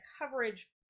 coverage